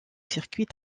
circuit